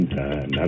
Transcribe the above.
time